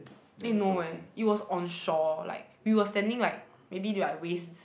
eh no eh it was on shore like we were standing like maybe like waist